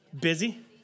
Busy